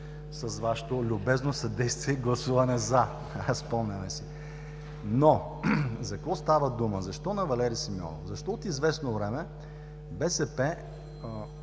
с Вашето любезно съдействие и гласуване „за“. Спомняме си. Но, за какво става дума? Защо на Валери Симеонов? Защо от известно време БСП,